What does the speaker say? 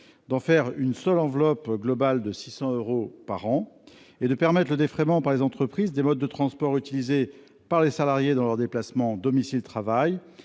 mesure une seule enveloppe globale portée à 600 euros par an. Il tend également à permettre le défraiement par les entreprises des modes de transport utilisés par les salariés dans leurs déplacements domicile-travail